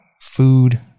food